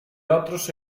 otros